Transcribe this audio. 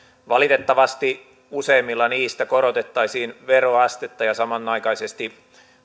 valitettavasti useimmilla niistä korotettaisiin veroastetta ja samanaikaisesti